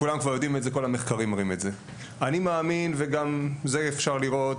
אני מאמין, וגם את זה אפשר לראות,